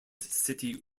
city